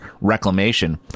reclamation